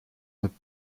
mit